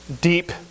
Deep